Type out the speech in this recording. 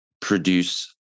produce